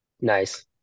Nice